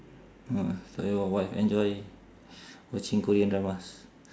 uh thought your wife enjoy watching korean dramas